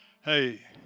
hey